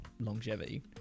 longevity